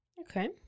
okay